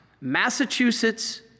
Massachusetts